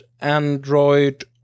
Android